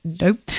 nope